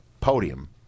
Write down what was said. podium